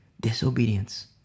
Disobedience